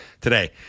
today